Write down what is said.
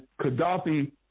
Qaddafi